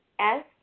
-S